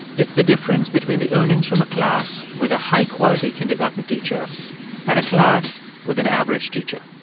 it's the difference between the earnings from a class with a high-quality kindergarten teacher and a class with an average teacher.